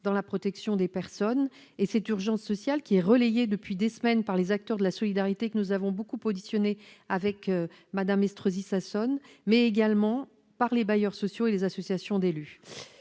dans la protection des personnes. Cette urgence sociale est relayée depuis des semaines par les acteurs de la solidarité que nous avons beaucoup auditionnés avec Mme Estrosi Sassone, mais également par les bailleurs sociaux et les associations d'élus.